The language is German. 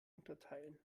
unterteilen